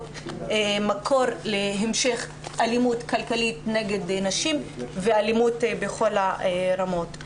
מקור להמשך אלימות כלכלית נגד נשים ואלימות בכל הרמות.